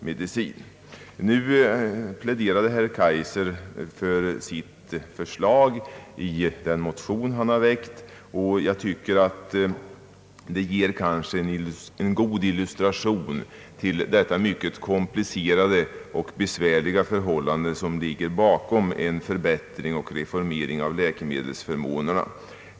Herr Kaijser pläderade nu för sitt förslag som han framfört i en motion. Förslaget ger en god illustration till de mycket komplicerade och besvärliga förhållanden som ligger bakom en förbättring och reformering av läkemedelsförmånerna.